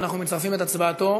ואנחנו מצרפים את הצבעתו,